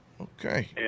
Okay